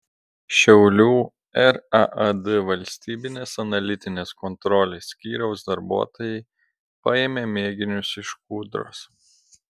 šiaulių raad valstybinės analitinės kontrolės skyriaus darbuotojai paėmė mėginius iš kūdros